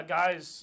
guys